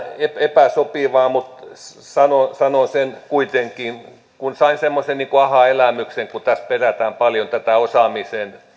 epäsopivaa mutta sanon sen kuitenkin kun sain semmoisen niin kuin ahaa elämyksen kun tässä perätään paljon tätä osaamisen